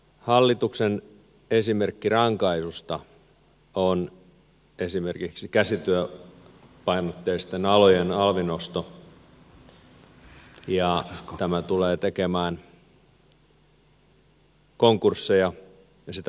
hallituksen esimerkki rankaisusta on esimerkiksi käsityöpainotteisten alojen alvin nosto ja tämä tulee tekemään konkursseja ja sitä mukaa työttömyyttä